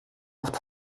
oft